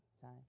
time